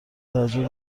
تعجبی